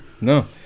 No